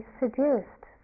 seduced